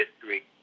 history